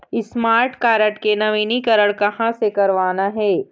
Smart card के नवीनीकरण कहां से करवाना हे?